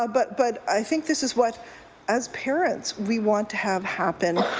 ah but but i think this is what as parents we want to have happen.